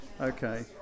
Okay